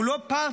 הוא לא פרטנר,